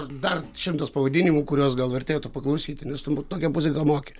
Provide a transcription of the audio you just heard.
dar šimtas pavadinimų kuriuos gal vertėtų paklausyti nes tu tokią muziką moki